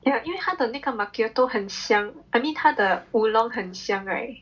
ya 因为它的那个 macchiato 很香 I mean 它的 oolong 很香 right